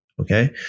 Okay